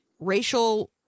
Racial